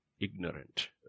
Ignorant